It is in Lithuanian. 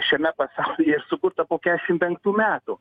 šiame pasaulyje ir sukurta po kešim penktų metų